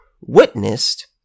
witnessed